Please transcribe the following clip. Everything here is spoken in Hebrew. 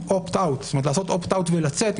זאת אומרת לעשות opt-out ולצאת,